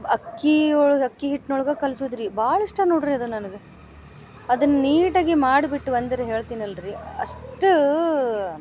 ಅಕ್ಕಿ ಒಳಗ ಅಕ್ಕಿ ಹಿಟ್ನೊಳಗೆ ಕಲ್ಸುದು ರೀ ಭಾಳ ಇಷ್ಟ ನೋಡ್ರಿ ಅದು ನನಗೆ ಅದನ್ನ ನೀಟಾಗಿ ಮಾಡ್ಬಿಟ್ವಂದ್ರೆ ಹೇಳ್ತಿನಲ್ರೀ ಅಷ್ಟು